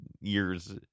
years